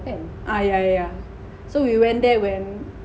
ah yeah yeah so we went there when